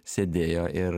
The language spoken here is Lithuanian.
sėdėjo ir